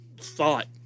thought